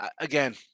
Again